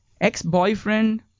ex-boyfriend